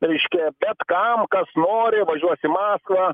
reiškia bet kam kas nori važiuot į maskvą